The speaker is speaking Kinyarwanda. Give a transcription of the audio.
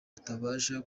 atabasha